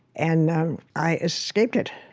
and i escaped it,